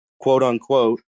quote-unquote